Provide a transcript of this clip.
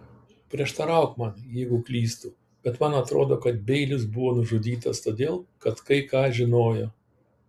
prieštarauk man jeigu klystu bet man atrodo kad beilis buvo nužudytas todėl kad kai ką žinojo